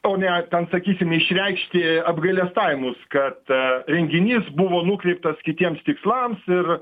o ne ten sakysime išreiškė apgailestavimus kad renginys buvo nukreiptas kitiems tikslams ir